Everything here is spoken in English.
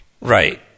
Right